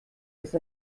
ist